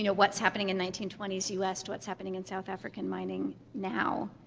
you know what's happening in nineteen twenty s us to what's happening in south african mining, now.